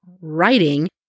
writing